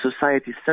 society